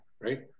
right